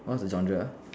what's the genre ah